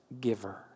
giver